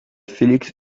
félix